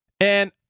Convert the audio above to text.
And-